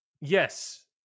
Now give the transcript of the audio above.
Yes